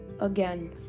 again